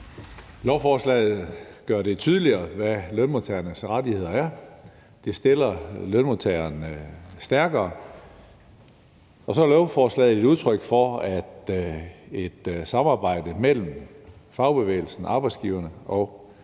Lovforslaget gør det tydeligere, hvad lønmodtagernes rettigheder er. Det stiller lønmodtagerne stærkere, og så er lovforslaget et udtryk for, at et samarbejde mellem fagbevægelsen, arbejdsgiverne og Christiansborg